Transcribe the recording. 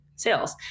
sales